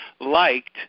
liked